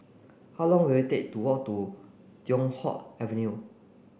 how long will it take to walk to Teow Hock Avenue